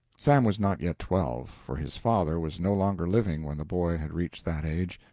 sam was not yet twelve, for his father was no longer living when the boy had reached that age.